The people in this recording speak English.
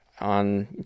on